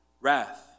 wrath